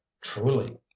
truly